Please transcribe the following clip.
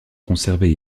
conservées